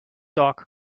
dog